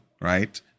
right